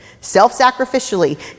self-sacrificially